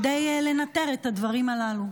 כדי לנטר את הדברים הללו,